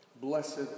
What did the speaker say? Blessed